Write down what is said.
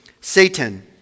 Satan